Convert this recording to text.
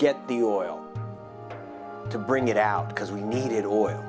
get the oil to bring it out because we needed or